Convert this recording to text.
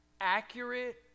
accurate